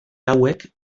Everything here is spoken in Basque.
hauek